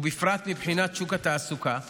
בפרט מבחינת שוק התעסוקה,